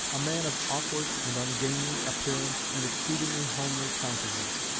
a man of awkward and ungainly appearance and exceedingly homely countenance.